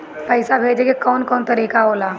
पइसा भेजे के कौन कोन तरीका होला?